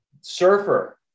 surfer